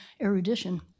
erudition